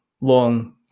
long